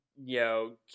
Yo